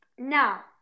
Now